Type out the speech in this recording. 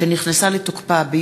רועי פולקמן,